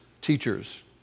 teachers